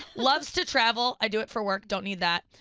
loves to travel, i do it for work, don't need that.